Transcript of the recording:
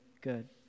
good